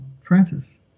Francis